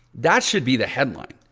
that should be the headline.